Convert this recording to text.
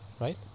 right